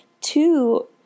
two